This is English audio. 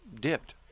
dipped